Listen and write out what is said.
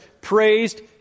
praised